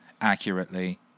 accurately